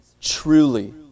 truly